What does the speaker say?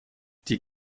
die